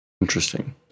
Interesting